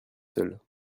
seuls